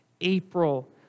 April